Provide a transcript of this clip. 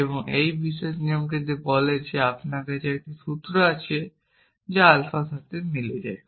এবং এই বিশেষ নিয়মটি বলে যে আপনার কাছে একটি সূত্র আছে যা আলফার সাথে মিলে যায়